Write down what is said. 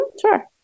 Sure